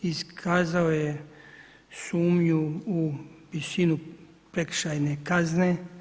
Iskazao je sumnju u visinu prekršajne kazne.